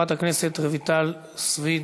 חברת הכנסת רויטל סויד?